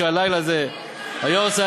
שהלילה הזה היארצייט,